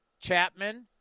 Chapman